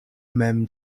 mem